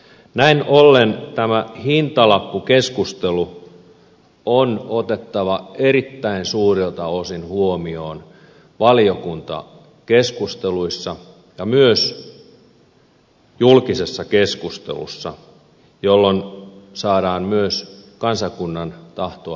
näin ollen tämä hintalappukeskustelu on otettava erittäin suurelta osin huomioon valiokuntakeskusteluissa ja myös julkisessa keskustelussa jolloin saadaan myös kansakunnan tahtoa hieman kuultua